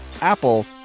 Apple